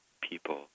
people